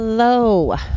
Hello